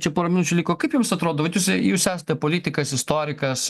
čia pora minučių liko kaip jums atrodo vat jūs jūs esate politikas istorikas